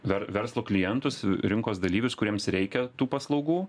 ver verslo klientus rinkos dalyvius kuriems reikia tų paslaugų